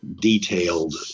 detailed